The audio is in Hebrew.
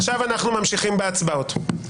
מה זה לא אכפת לי?